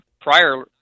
prior